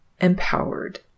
empowered